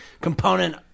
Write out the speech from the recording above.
component